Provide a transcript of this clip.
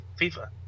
FIFA